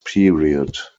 period